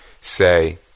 Say